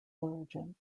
origin